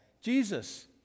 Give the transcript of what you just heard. Jesus